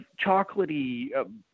chocolatey